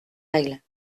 règles